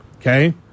Okay